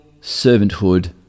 servanthood